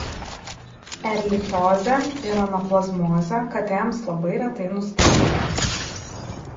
erlichiozė ir anaplazmozė katėms labai retai nustatomos